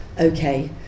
okay